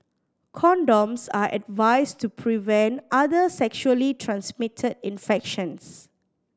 condoms are advised to prevent other sexually transmitted infections